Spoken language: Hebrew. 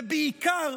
ובעיקר,